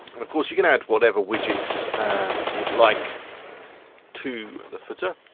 and of course you can add whatever widgets you'd like to the footer.